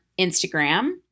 Instagram